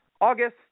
August